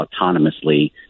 autonomously